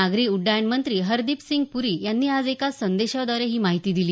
नागरी उड्डय्यन मंत्री हरदिपसिंग प्री यांनी आज एका संदेशाद्वारे याची माहिती दिली